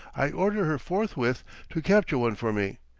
i order her forthwith to capture one for me,